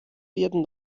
werden